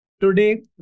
Today